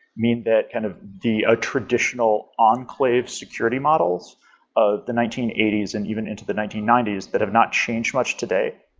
mean that kind of be a traditional enclave security models of the nineteen eighty s and even into the nineteen ninety s that have not changed much today,